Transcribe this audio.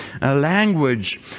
language